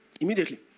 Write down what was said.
immediately